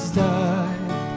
died